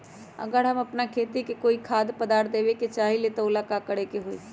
अगर हम अपना खेती में कोइ खाद्य पदार्थ देबे के चाही त वो ला का करे के होई?